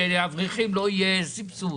שלאברכים לא יהיה סבסוד.